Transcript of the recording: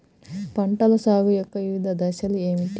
పంటల సాగు యొక్క వివిధ దశలు ఏమిటి?